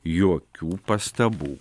jokių pastabų